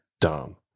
dumb